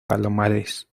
palomares